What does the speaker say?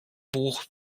buch